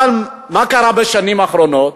מה קרה בשנים האחרונות?